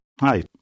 Hi